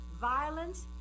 violence